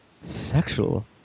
Sexual